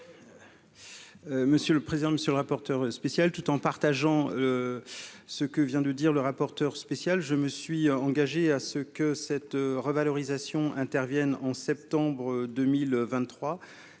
Monsieur le président, monsieur le rapporteur spécial, tout en partageant ce que vient de dire le rapporteur spécial, je me suis engagé à ce que cette revalorisation intervienne en septembre 2023,